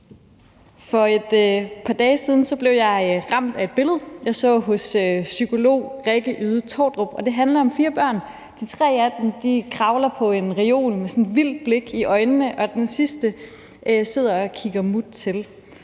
For et par dage siden blev jeg ramt af et billede, jeg så hos psykolog Rikke Yde Tordrup, og det viser fire børn. De tre af dem kravler på en reol med sådan et vildt blik i øjnene, og den sidste sidder og kigger mut på.